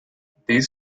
these